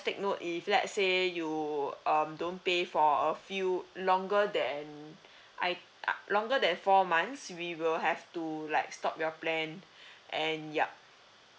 take note if let's say you um don't pay for a few longer than I I longer than four months we will have to like stop your plan and yup